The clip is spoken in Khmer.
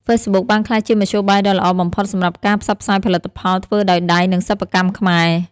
ហ្វេសប៊ុកបានក្លាយជាមធ្យោបាយដ៏ល្អបំផុតសម្រាប់ការផ្សព្វផ្សាយផលិតផលធ្វើដោយដៃនិងសិប្បកម្មខ្មែរ។